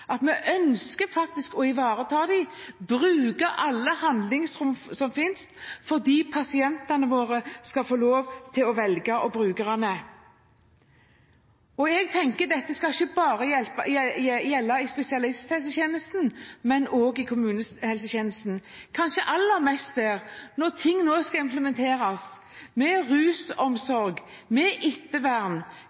at vi ønsker å ivareta dem, bruke alle handlingsrom som finnes, fordi pasientene og brukerne våre skal få lov til å velge. Jeg tenker at dette ikke bare skal gjelde i spesialisthelsetjenesten, men også i kommunehelsetjenesten – kanskje aller mest der. Når ting nå skal implementeres, med rusomsorg og ettervern,